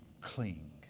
cling